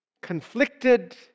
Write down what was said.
conflicted